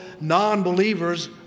non-believers